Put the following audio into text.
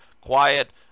quiet